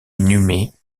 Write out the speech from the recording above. inhumée